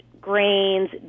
grains